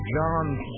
John